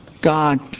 God